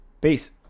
Peace